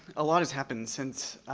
a lot has happened since